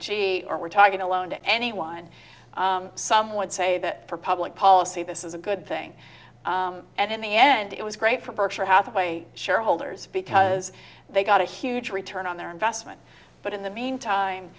g or we're talking a loan to anyone some would say that for public policy this is a good thing and in the end it was great for berkshire hathaway shareholders because they got a huge return on their investment but in the meantime